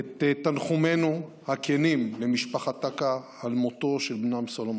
את תנחומינו הכנים למשפחת טקה על מותו של בנם סלומון.